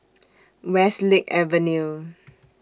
Westlake Avenue